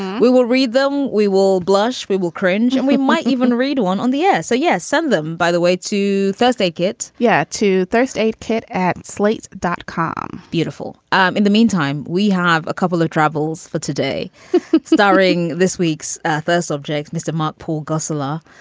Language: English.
we will read them. we will blush. we will cringe. and we might even read one on the air. so, yes, send them, by the way, to thursday get. yeah. to thursday. aid kit at slate dot com. beautiful um in the meantime, we have a couple of troubles for today starring this week's third subject, mr. monk. paul ghazala,